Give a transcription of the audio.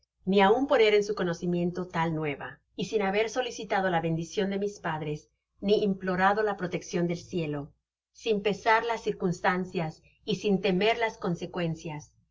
ni aun poner en su conocimiento tal nueva y sin haber solicitado la bendicion de mis padres ni implorado la proteccion del cielo sin pesar las circunstancias y sin temer las consecuencias